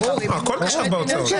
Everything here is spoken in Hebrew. הכול נחשב בהוצאות.